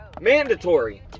mandatory